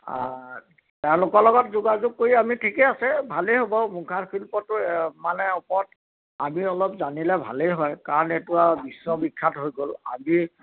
তেওঁলোকৰ লগত যোগাযোগ কৰি আমি ঠিকে আছে ভালে হ'ব মুখা শিল্পটো মানে ওপৰত আমি অলপ জানিলে ভালেই হয় কাৰণ এইটো আৰু বিশ্ব বিখ্যাত হৈ গ'ল আজি